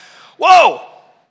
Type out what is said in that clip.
Whoa